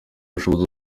bushobozi